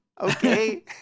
okay